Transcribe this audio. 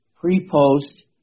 pre-post